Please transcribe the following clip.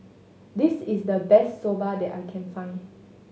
this is the best Soba that I can find